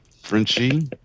Frenchie